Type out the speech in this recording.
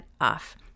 off